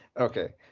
okay